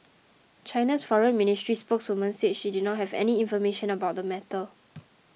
China's foreign ministry spokeswoman said she did not have any information about the matter